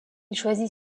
choisit